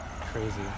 crazy